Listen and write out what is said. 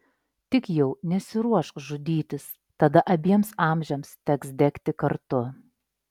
tik jau nesiruošk žudytis tada abiems amžiams teks degti kartu